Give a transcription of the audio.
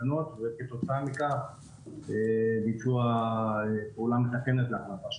התקנות וכתוצאה מכך ביצעו פעולה מתקנת לאחר מכן.